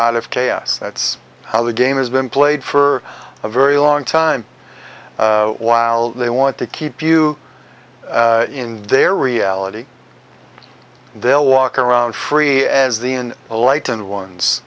out of chaos that's how the game has been played for a very long time while they want to keep you in their reality they'll walk around free as the in a light and one